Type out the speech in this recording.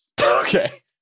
Okay